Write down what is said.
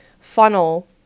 funnel